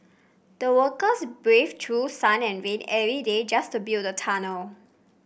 the workers braved through sun and rain every day just to build the tunnel